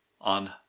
on